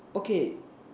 okay